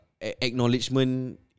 Acknowledgement